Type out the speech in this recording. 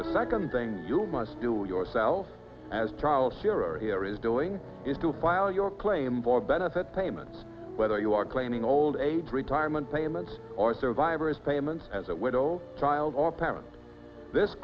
the second thing you must do it yourself as trial here or here is doing is to file your claim for benefit payments whether you are claiming old age retirement payments or survivors payments as a widow child or parent this